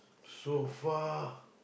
so far